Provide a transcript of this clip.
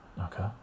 okay